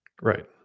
right